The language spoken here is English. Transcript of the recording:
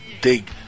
dig